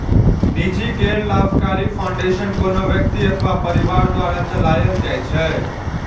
निजी गैर लाभकारी फाउंडेशन कोनो व्यक्ति अथवा परिवार द्वारा चलाएल जाइ छै